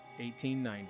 1890